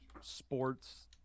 sports